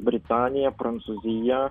britanija prancūzija